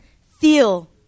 feel